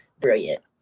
brilliant